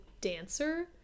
dancer